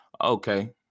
okay